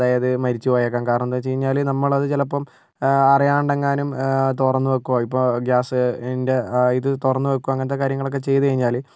അതായത് മരിച്ച് പോയേക്കാം കാരണം എന്താ വെച്ച് കഴിഞ്ഞാൽ നമ്മൾ അത് ചിലപ്പം അറിയാണ്ട് എങ്ങാനും തുറന്ന് വെക്കുക ഇപ്പോൾ ഗ്യാസ് അതിൻ്റെ ഇത് തുറന്ന് വെക്കുക അങ്ങനത്തെ കാര്യങ്ങളൊക്കെ ചെയ്ത് കഴിഞ്ഞാൽ